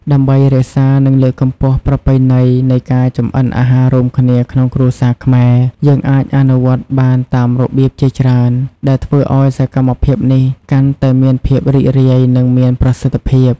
ដើម្បីរក្សា និងលើកកម្ពស់ប្រពៃណីនៃការចម្អិនអាហាររួមគ្នាក្នុងគ្រួសារខ្មែរ យើងអាចអនុវត្តបានតាមរបៀបជាច្រើន ដែលធ្វើឱ្យសកម្មភាពនេះកាន់តែមានភាពរីករាយ និងមានប្រសិទ្ធភាព ។